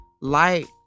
light